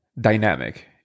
dynamic